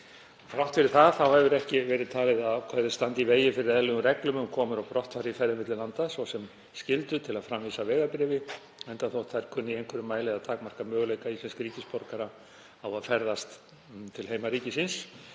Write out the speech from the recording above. Þrátt fyrir það hefur ekki verið talið að ákvæðið standi í vegi fyrir eðlilegum reglum um komur og brottfarir í ferðum milli landa, svo sem um skyldu til að framvísa vegabréfi, enda þótt þær kunni í einhverjum mæli að takmarka möguleika íslensks ríkisborgara á að ferðast til heimaríkis síns.